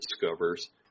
discovers